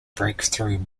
breakthrough